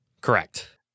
Correct